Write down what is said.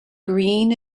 green